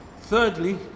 Thirdly